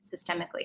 systemically